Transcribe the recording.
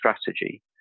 strategy